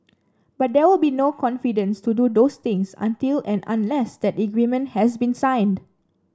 but there will be no confidence to do those things until and unless that agreement has been signed